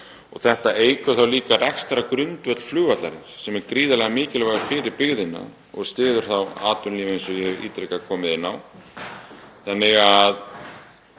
Þetta eykur þá líka rekstrargrundvöll flugvallarins sem er gríðarlega mikilvægt fyrir byggðina og styður atvinnulíf eins og ég hef ítrekað komið inn á. Ég